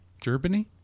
Germany